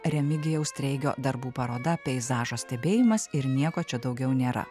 remigijaus treigio darbų paroda peizažo stebėjimas ir nieko čia daugiau nėra